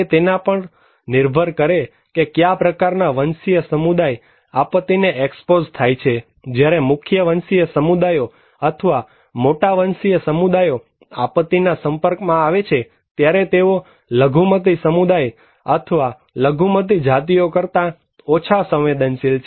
તે તેના પર પણ નિર્ભર કરે છે કે કયા પ્રકારના વંશીય સમુદાય આપત્તિ ને એક્સપોઝ થાય છે જ્યારે મુખ્ય વંશીય સમુદાયો અથવા મોટા વંશીય સમુદાયો આપત્તિના સંપર્કમાં આવે છે ત્યારે તેઓ લઘુમતી સમુદાય અથવા લઘુમતી જાતિઓ કરતા ઓછા સંવેદનશીલ છે